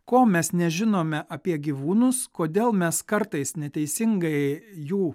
ko mes nežinome apie gyvūnus kodėl mes kartais neteisingai jų